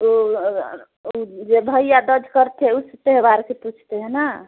तो ऊ जे भैया दूज करते उस त्यौहार के पूछते है न